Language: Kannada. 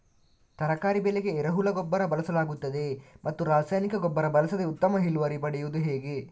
ತರಕಾರಿ ಬೆಳೆಗೆ ಎರೆಹುಳ ಗೊಬ್ಬರ ಬಳಸಲಾಗುತ್ತದೆಯೇ ಮತ್ತು ರಾಸಾಯನಿಕ ಗೊಬ್ಬರ ಬಳಸದೆ ಉತ್ತಮ ಇಳುವರಿ ಪಡೆಯುವುದು ಹೇಗೆ?